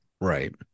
right